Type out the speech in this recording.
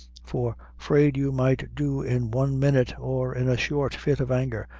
for fraid you might do in one minute, or in a short fit of anger,